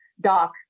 Doc